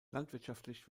landwirtschaftlich